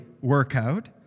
workout